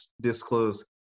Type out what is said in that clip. disclose